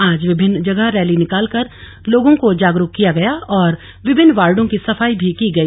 आज विभिन्न जगह रैली निकालकर लोगो जो जागरूक किया गया और विभिन्न वॉर्डों की सफाई की गई